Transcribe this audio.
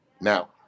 Now